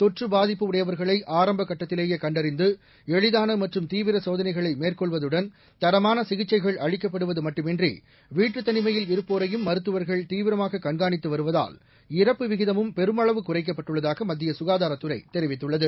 தொற்று பாதிப்பு உடையவர்களை ஆரம்ப கட்டத்திலேயே கண்டறிந்து எளிதான மற்றும் தீவிர சோதனைகளை மேற்கொள்வதுடன் தரமான சிகிச்சைகள் அளிக்கப்படுவது மட்டுமின்றி வீட்டுத் தளிமையில் இருப்போரையும் மருத்துவர்கள் தீவிரமாக கண்காணித்து வருவதால் இறப்பு விகிதமும் பெருமளவு குறைக்கப்பட்டுள்ளதாக மத்திய சுகாதாரத்துறை தெரிவித்துள்ளது